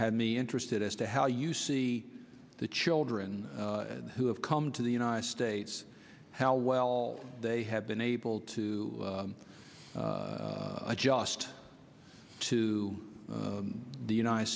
had me interested as to how you see the children who have come to the united states how well they have been able to adjust to the united